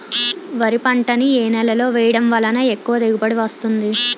వరి పంట ని ఏ నేలలో వేయటం వలన ఎక్కువ దిగుబడి వస్తుంది?